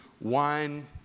wine